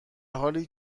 حالی